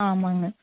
ஆமாங்க